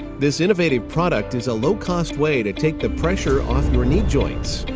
this innovative product is a low-cost way to take the pressure off your knee joints.